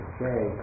Okay